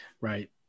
right